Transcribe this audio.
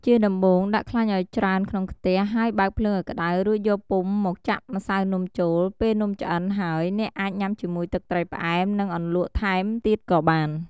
ជាដំបូង ដាក់ខ្លាញ់ឱ្យច្រើនក្នុងខ្ទះ ហើយបើកភ្លើងឱ្យក្តៅ រួចយកពុម្ពមកចាក់ម្សៅនំចូល ពេលនំឆ្អិនហើយអ្នកអាចញុំាជាមួយទឹកត្រីផ្អែម និង អន្លក់ថែមទៀតក៏បាន។